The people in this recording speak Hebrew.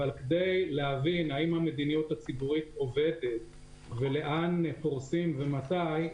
כדי להבין האם המדיניות הציבורית עובדת ולאן פורסים ומתי,